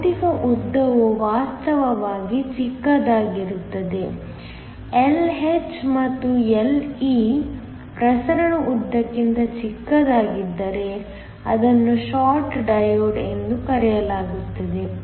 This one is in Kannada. ಭೌತಿಕ ಉದ್ದವು ವಾಸ್ತವವಾಗಿ ಚಿಕ್ಕದಾಗಿದ್ದರೆ Lh ಮತ್ತು Le ಪ್ರಸರಣ ಉದ್ದಕ್ಕಿಂತ ಚಿಕ್ಕದಾಗಿದ್ದರೆ ಅದನ್ನು ಶಾರ್ಟ್ ಡಯೋಡ್ ಎಂದು ಕರೆಯಲಾಗುತ್ತದೆ